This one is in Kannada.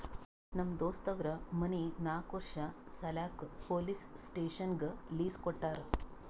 ನಮ್ ದೋಸ್ತ್ ಅವ್ರ ಮನಿ ನಾಕ್ ವರ್ಷ ಸಲ್ಯಾಕ್ ಪೊಲೀಸ್ ಸ್ಟೇಷನ್ಗ್ ಲೀಸ್ ಕೊಟ್ಟಾರ